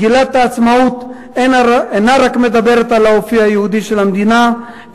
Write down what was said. מגילת העצמאות אינה רק מדברת על האופי היהודי של המדינה,